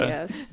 Yes